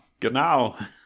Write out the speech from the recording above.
genau